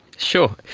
sure.